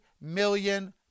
million